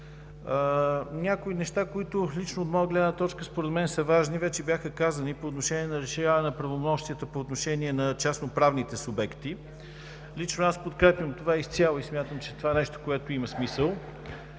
Някои неща, които лично от моя гледна точка и според мен са важни, вече бяха казани – по отношение на разширяване на правомощията по отношение на частноправните субекти. Лично аз подкрепям това изцяло и смятам, че това е нещо, което има смисъл.